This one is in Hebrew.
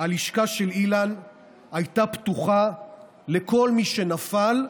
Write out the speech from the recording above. הלשכה של אילן הייתה פתוחה לכל מי שנפל,